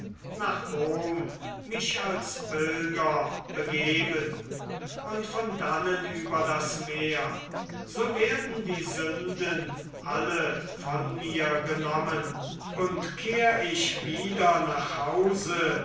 nach rom mich als pilger begeben und von dannen über das meer so werden die sünden alle von mir genommen und kehr ich wieder nach hause